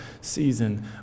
season